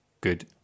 good